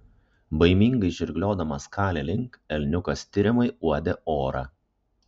baimingai žirgliodamas kali link elniukas tiriamai uodė orą